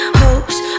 hopes